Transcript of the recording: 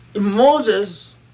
Moses